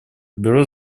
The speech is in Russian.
бюро